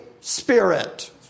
Spirit